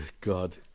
God